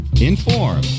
inform